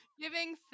giving